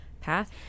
path